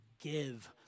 give